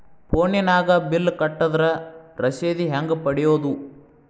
ಫೋನಿನಾಗ ಬಿಲ್ ಕಟ್ಟದ್ರ ರಶೇದಿ ಹೆಂಗ್ ಪಡೆಯೋದು?